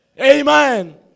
Amen